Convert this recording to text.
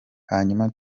hanyuma